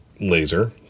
laser